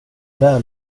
väl